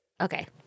Okay